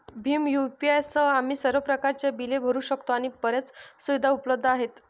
Bhim UPI सह, आम्ही सर्व प्रकारच्या बिले भरू शकतो आणि बर्याच सुविधा उपलब्ध आहेत